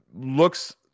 looks